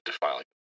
defiling